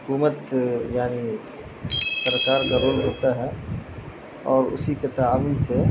حکومت یعنی سرکار کا رول ہوتا ہے اور اسی کے تعاون سے